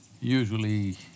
usually